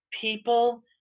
people